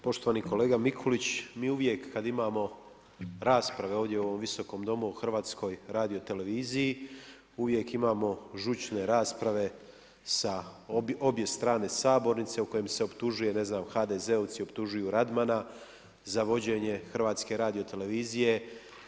Poštovani kolega Mikulić, mi uvijek kada imamo rasprave ovdje u ovom Visokom domu o HRT-u uvijek imamo žučne rasprave sa obje strane sabornice u kojem se optužuje ne znam HDZ-ovci optužuju Radmana za vođenje HRT-a.